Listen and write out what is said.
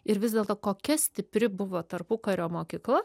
ir vis dėlto kokia stipri buvo tarpukario mokykla